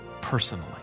personally